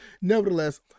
Nevertheless